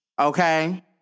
okay